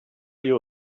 you